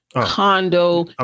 condo